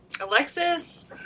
Alexis